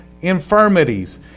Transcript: infirmities